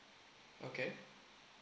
okay